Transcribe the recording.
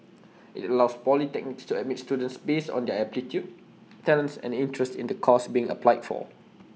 IT allows polytechnics to admit students based on their aptitude talents and interests in the course being applied for